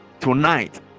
tonight